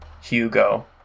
Hugo